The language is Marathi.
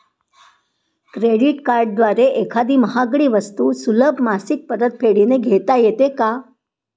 क्रेडिट कार्डद्वारे एखादी महागडी वस्तू सुलभ मासिक परतफेडने घेता येते का?